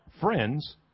friends